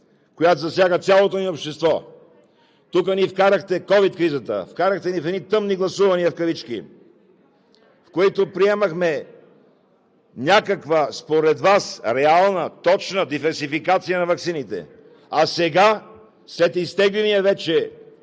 която засяга цялото ни общество, тук ни вкарахте ковид кризата, вкарахте ни в едни тъмни гласувания, в кавички, в които приемахме някаква според Вас реална, точна диверсификация на ваксините. А сега, след изтегления вече,